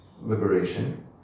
liberation